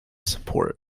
support